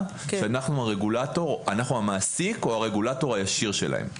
שאנחנו המעסיק או הרגולטור הישיר שלהם.